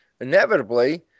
inevitably